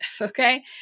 okay